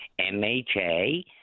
MHA